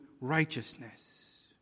righteousness